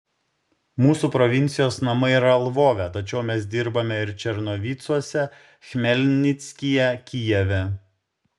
mūsų provincijos namai yra lvove tačiau mes dirbame ir černovicuose chmelnickyje kijeve